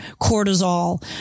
cortisol